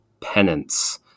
penance